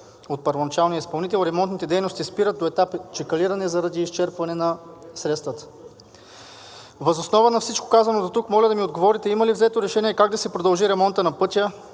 от първоначалния изпълнител ремонтните дейности спират до етапа чакълиране заради изчерпване на средствата. Въз основа на всичко, казано дотук, моля да ми отговорите: има ли взето решение как да се продължи ремонтът на пътя?